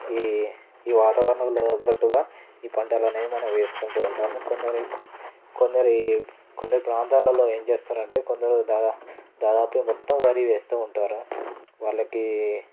ఈ ఈ వాతావరణంలో తగ్గట్టుగా ఈ పంటలనేవి మనం వేస్కుంటూ ఉంటాము కొందరికి కొందరే కొందరు ప్రాంతాలలో ఏం చేస్తారంటే అంటే కొందరు దాదా దాదాపు మొత్తం వరి వేస్తూ ఉంటారు వాళ్ళకి